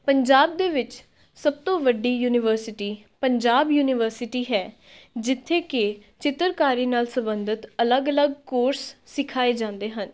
ਪੰਜਾਬ ਦੇ ਵਿੱਚ ਸਭ ਤੋਂ ਵੱਡੀ ਯੂਨੀਵਰਸਿਟੀ ਪੰਜਾਬ ਯੂਨੀਵਰਸਿਟੀ ਹੈ ਜਿੱਥੇ ਕਿ ਚਿੱਤਰਕਾਰੀ ਨਾਲ ਸੰਬੰਧਿਤ ਅਲੱਗ ਅਲੱਗ ਕੋਰਸ ਸਿਖਾਏ ਜਾਂਦੇ ਹਨ